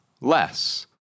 less